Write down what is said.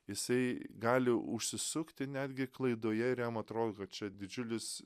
jisai gali užsisukti netgi klaidoje ir jam atrodo kad čia didžiulis